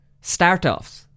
start-offs